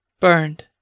Burned